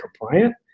compliant